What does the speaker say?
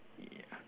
ya